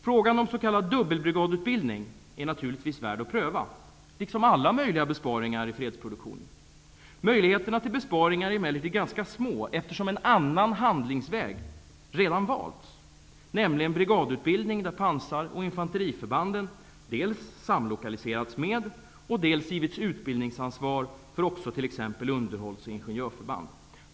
Frågan om s.k. dubbelbrigadutbildning är naturligtvis värd att pröva, liksom alla möjliga besparingar i fredsproduktionen. Möjligheterna till besparingar är emellertid ganska små eftersom en annan handlingsväg redan valts, nämligen brigadutbildning där pansar och infanteriförbanden dels samlokaliserats med, dels givits utbildningsansvar för t.ex. underhålls och ingenjörsförband.